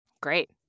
Great